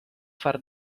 far